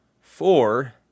four